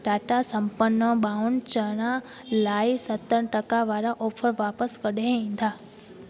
टाटा संपन्न ब्राउन चणा लाइ सत्तरि टका वारा ऑफर वापिसि कॾहिं ईंदा